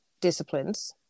disciplines